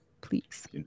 please